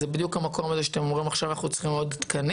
זה בדיוק המקום הזה שבו אתם אומרים שעכשיו אתם צריכים עוד תקנים?